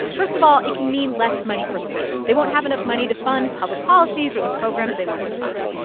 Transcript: first of all, it can mean less money for states. they won't have enough money to fund public policies or the programs they want to fund.